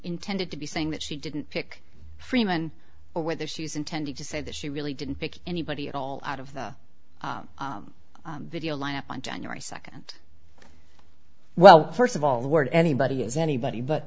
intended to be saying that she didn't pick freeman or whether she was intending to say that she really didn't pick anybody at all out of the video lineup on january second well first of all the word anybody is anybody but